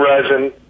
resin